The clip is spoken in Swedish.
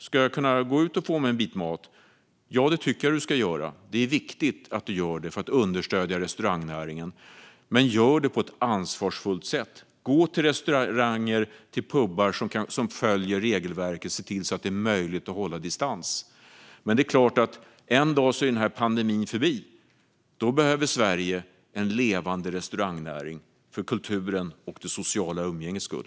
Ska jag kunna gå ut och få mig en bit mat? Ja, det tycker jag att du ska göra. Det är viktigt att du gör det för att understödja restaurangnäringen, men gör det på ett ansvarsfullt sätt. Gå till restauranger och pubar som följer regelverket och ser till att det är möjligt att hålla distans. En dag är pandemin förbi. Då behöver Sverige en levande restaurangnäring för kulturens och det sociala umgängets skull.